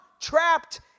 trapped